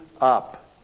up